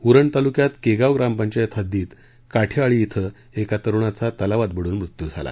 उरण तालुक्यात केगाव ग्रामपंचायतच्या हद्दीत काठेआळी इथं एका तरूणाचा तलावात बुडून मृत्यू झाला